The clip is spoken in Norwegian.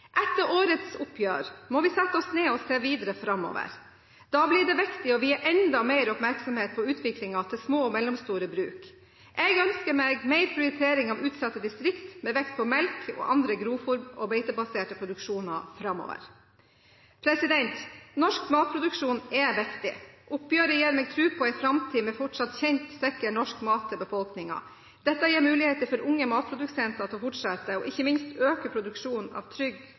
Etter årets oppgjør må vi sette oss ned og se videre framover. Da blir det viktig å vie enda mer oppmerksomhet på utviklingen til små og mellomstore bruk. Jeg ønsker meg mer prioritering av utsatte distrikter, med vekt på melk og andre grovfôr- og beitebaserte produksjoner framover. Norsk matproduksjon er viktig. Oppgjøret gir meg tro på en framtid med fortsatt kjent, sikker norsk mat til befolkningen. Dette gir muligheter for unge matprodusenter til å fortsette, og ikke minst øke, produksjonen av trygg,